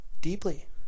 deeply